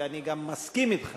ואני גם מסכים אתך